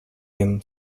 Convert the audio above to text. them